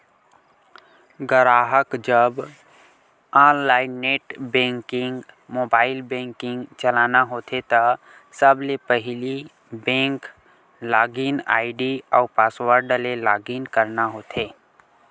गराहक जब online net banking, mobile banking चलाना होथे त सबले पहिली बेंक लॉगिन आईडी अउ पासवर्ड ले लॉगिन करना होथे